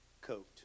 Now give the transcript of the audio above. coat